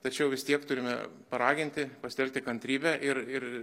tačiau vis tiek turime paraginti pasitelkti kantrybę ir ir